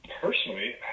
personally